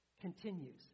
continues